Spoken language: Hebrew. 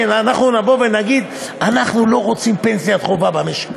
שאנחנו נבוא ונגיד: אנחנו לא רוצים פנסיית חובה במשק,